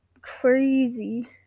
crazy